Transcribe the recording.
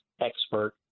expert